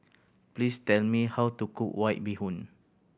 please tell me how to cook White Bee Hoon